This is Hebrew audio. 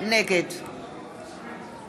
נגד